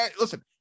listen